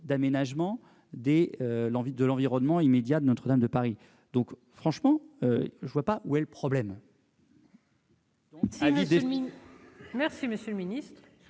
d'aménagement de l'environnement immédiat de Notre-Dame de Paris. Franchement, je ne vois pas où est le problème. Le Gouvernement